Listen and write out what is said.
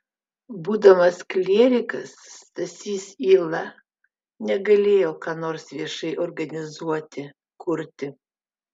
būdamas klierikas stasys yla negalėjo ką nors viešai organizuoti kurti